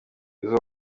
izo